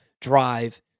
drive